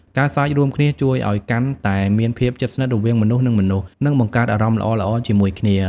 ការសើចរួមគ្នាជួយឲ្យកាន់តែមានភាពជិតស្និទរវាងមនុស្ស នឹងមនុស្ស និងបង្កើតអារម្មណ៍ល្អៗជាមួយគ្នា។